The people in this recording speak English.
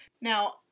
Now